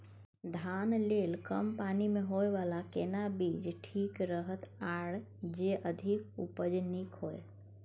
धान लेल कम पानी मे होयबला केना बीज ठीक रहत आर जे अधिक उपज नीक होय?